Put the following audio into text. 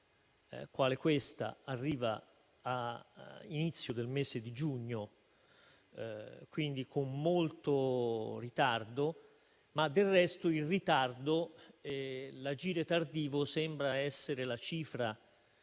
novembre arriva all'inizio del mese di giugno, quindi con molto ritardo; del resto, però, l'agire tardivo sembra essere la cifra